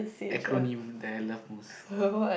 acronym that I love most